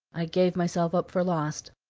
i gave myself up for lost,